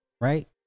right